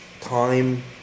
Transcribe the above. time